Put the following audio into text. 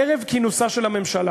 ערב כינוסה של הממשלה,